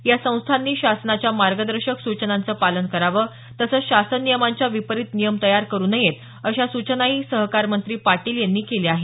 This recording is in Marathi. या संस्थांनी शासनाच्या मार्गदर्शक सूचनांचं पालन करावं तसंच शासन नियमांच्या विपरीत नियम तयार करू नयेत अशा सूचनाही सहकार मंत्री पाटील यांनी केल्या आहेत